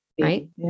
right